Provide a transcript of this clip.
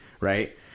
right